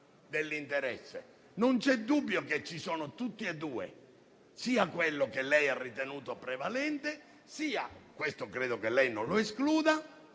Non c'è dubbio che ci sono tutti e due, sia quello che lei ha ritenuto prevalente, sia - credo che lei non lo escluda